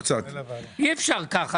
אי אפשר כך.